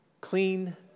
clean